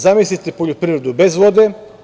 Zamislite poljoprivredu bez vode?